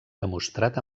demostrat